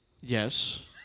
Yes